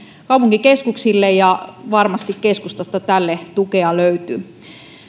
kaupunkikeskuksille ja varmasti keskustasta tälle tukea löytyy